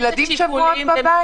הילדים שבועות בבית.